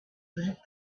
lit